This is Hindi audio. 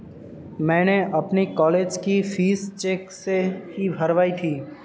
मैंने अपनी कॉलेज की फीस चेक से ही भरवाई थी